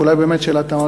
ואולי באמת שאלת תם,